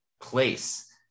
place